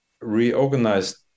reorganized